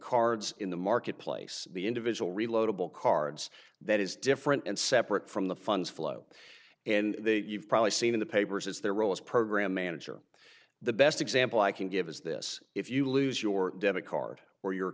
cards in the market place the individual reload will cards that is different and separate from the funds flow and you've probably seen in the papers as their role as program manager the best example i can give is this if you lose your debit card or